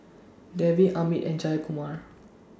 Devi Amit and Jayakumar